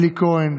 אלי כהן,